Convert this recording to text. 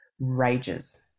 rages